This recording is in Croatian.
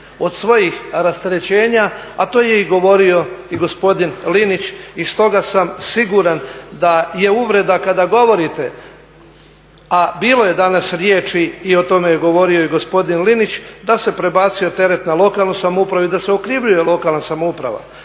od svojih rasterećenja a to je i govorio i gospodin Linić i stoga sam siguran da je uvreda kada govorite, a bilo je danas riječi i o tome je govorio i gospodin Linić da se prebacio teret na lokalnu samoupravu i da se okrivljuje lokalna samouprava.